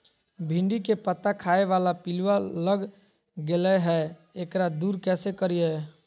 भिंडी के पत्ता खाए बाला पिलुवा लग गेलै हैं, एकरा दूर कैसे करियय?